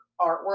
artwork